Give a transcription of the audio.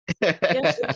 yes